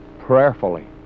prayerfully